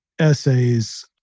essays